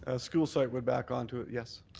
ah school site would back onto it, yes.